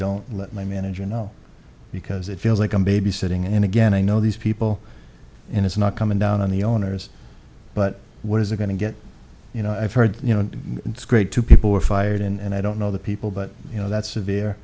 don't let my manager know because it feels like i'm babysitting and again i know these people and it's not coming down on the owners but what is going to get you know i've heard you know it's great two people were fired and i don't know the people but you know that severe